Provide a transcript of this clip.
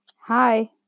Hi